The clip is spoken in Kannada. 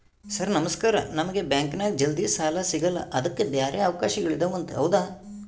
ಸರ್ ನಮಸ್ಕಾರ ನಮಗೆ ಬ್ಯಾಂಕಿನ್ಯಾಗ ಜಲ್ದಿ ಸಾಲ ಸಿಗಲ್ಲ ಅದಕ್ಕ ಬ್ಯಾರೆ ಅವಕಾಶಗಳು ಇದವಂತ ಹೌದಾ?